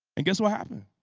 and guess what happened?